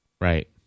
Right